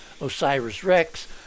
osiris-rex